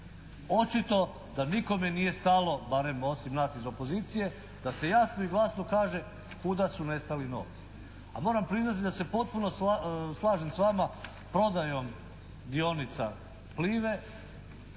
Očito da nikome nije stalo, barem osim nas iz opozicije da se jasno i glasno kaže kuda su nestali novci, a moram priznati da se potpuno slažem s vama prodajom dionica "Plive",